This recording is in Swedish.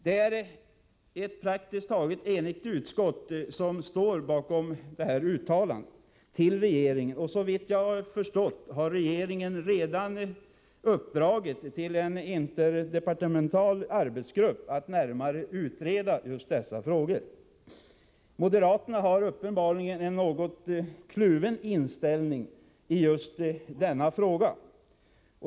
Det är ett praktiskt taget enigt utskott som står bakom detta uttalande till regeringen, och såvitt jag förstått har regeringen redan uppdragit till en interdepartemental arbetsgrupp att närmare utreda just dessa frågor. Moderaterna har uppenbarligen en något kluven inställning i just denna fråga.